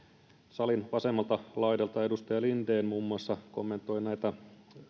salin vasemmalta laidalta edustaja linden muun muassa kommentoi näitä